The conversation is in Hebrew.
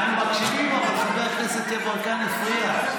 אנחנו מקשיבים, אבל חבר הכנסת יברקן הפריע.